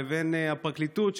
לבין הפרקליטות,